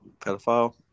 pedophile